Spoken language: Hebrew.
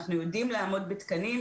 אנחנו יודעים לעמוד בתקנים.